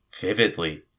vividly